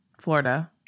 Florida